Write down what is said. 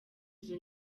izo